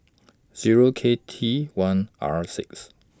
Zero K T one R six